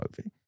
movie